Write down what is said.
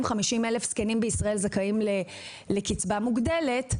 אלף זקנים בישראל זכאים לקצבה מוגדלת,